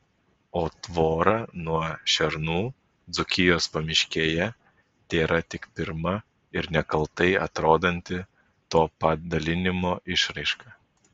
o tvora nuo šernų dzūkijos pamiškėje tėra tik pirma ir nekaltai atrodanti to padalinimo išraiška